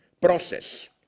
process